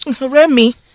Remy